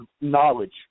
knowledge